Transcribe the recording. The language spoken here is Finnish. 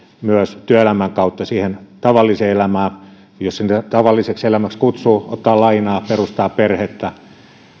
myös työelämän kautta siihen tavalliseen elämään jos sitä tavalliseksi elämäksi kutsuu kun ottaa lainaa perustaa perhettä